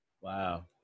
Wow